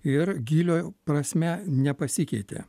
ir gylio prasme nepasikeitė